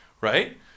Right